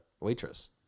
waitress